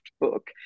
book